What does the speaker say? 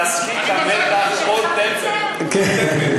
תסכית המתח "פול טמפל" כן,